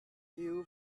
who